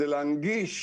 זה להנגיש